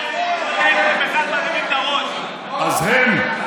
אז הם,